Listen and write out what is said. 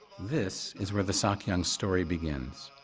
this is where the sakyong's story begins.